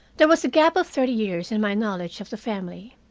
there was a gap of thirty years in my knowledge of the family.